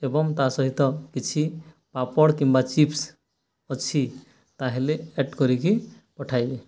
ଏବଂ ତା ସହିତ କିଛି ପାପଡ଼ କିମ୍ବା ଚିପ୍ସ ଅଛି ତାହେଲେ ଆଡ୍ କରିକି ପଠାଇବେ